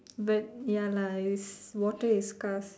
but ya lah is water is scarce